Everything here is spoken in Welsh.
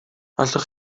allwch